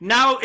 Now